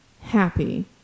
happy